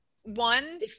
one